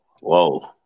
whoa